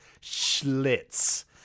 Schlitz